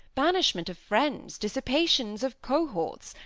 banishment of friends, dissipation of cohorts,